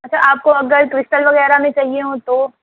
اچھا آپ کو اگر کرسٹل وغیرہ بھی چاہیے ہوں تو